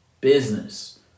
business